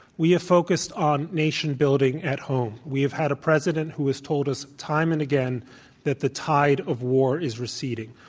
we have focused on nation building at home. we have had a president who has told us time and again that the tide of war is receding.